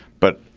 but